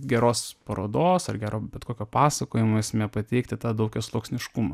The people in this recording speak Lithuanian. geros parodos ar gero bet kokio pasakojimo esmė pateikti tą daugiasluoksniškumą